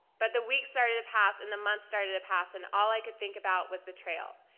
but the weeks started to pass and the months started to pass and all i could think about was the trail.